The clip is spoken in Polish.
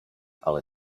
ale